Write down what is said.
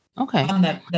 okay